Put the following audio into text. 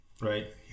Right